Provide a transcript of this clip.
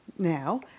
now